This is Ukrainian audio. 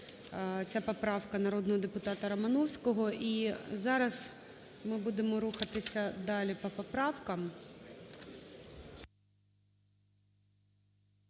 ця поправка народного депутатаРомановського, і зараз ми будемо рухатися далі по поправкам.